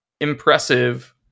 impressive